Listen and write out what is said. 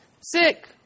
Sick